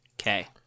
Okay